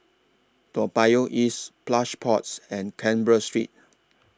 Toa Payoh East Plush Pods and Canberra Street